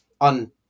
on